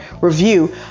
review